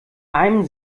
einem